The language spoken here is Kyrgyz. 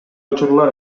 учурлар